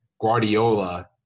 Guardiola